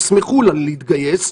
הם ישמחו להתגייס,